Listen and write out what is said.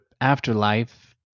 afterlife